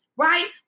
Right